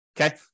Okay